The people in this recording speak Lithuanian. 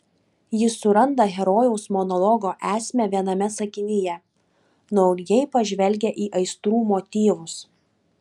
jis suranda herojaus monologo esmę viename sakinyje naujai pažvelgia į aistrų motyvus